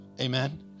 Amen